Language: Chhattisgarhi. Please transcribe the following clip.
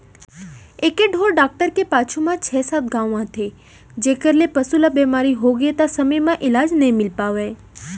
एके ढोर डॉक्टर के पाछू म छै सात गॉंव आथे जेकर ले पसु ल बेमारी होगे त समे म इलाज नइ मिल पावय